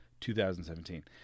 2017